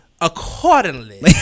accordingly